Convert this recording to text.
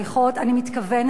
אני מתכוונת לזה.